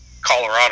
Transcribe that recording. Colorado